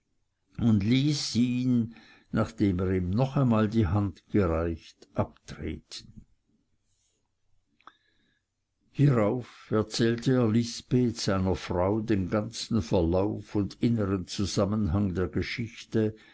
und ließ ihn nachdem er ihm noch einmal die hand gereicht abtreten hierauf erzählte er lisbeth seiner frau den ganzen verlauf und inneren zusammenhang der geschichte